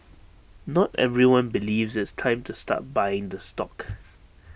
not everyone believes it's time to start buying the stock